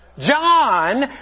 John